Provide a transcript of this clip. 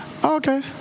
Okay